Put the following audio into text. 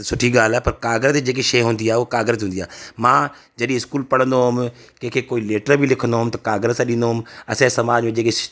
सुठी ॻाल्हि आहे पर काॻर ते जेकी शइ हूंदी आहे उहा काॻर ते हूंदी आहे मां जॾहिं स्कूल पढ़ंदो हुयुमि कंहिंखे कोई लैटर बि लिखंदो हुयुमि त काॻर सां ॾींदो हुयुमि असां ए समाज में जेके